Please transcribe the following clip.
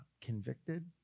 convicted